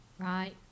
Right